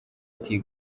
ati